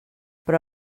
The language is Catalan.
però